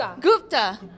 Gupta